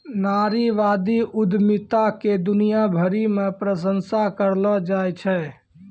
नारीवादी उद्यमिता के दुनिया भरी मे प्रशंसा करलो जाय छै